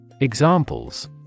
Examples